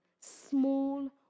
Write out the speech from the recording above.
small